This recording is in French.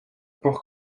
pour